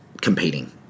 competing